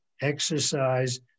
exercise